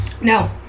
No